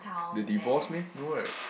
they divorce meh no right